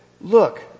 look